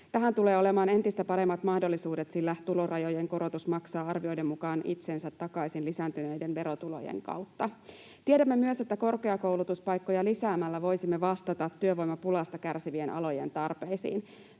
Tähän tulee olemaan entistä paremmat mahdollisuudet, sillä tulorajojen korotus maksaa arvioiden mukaan itsensä takaisin lisääntyneiden verotulojen kautta. Tiedämme myös, että korkeakoulutuspaikkoja lisäämällä voisimme vastata työvoimapulasta kärsivien alojen tarpeisiin.